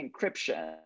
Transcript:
encryption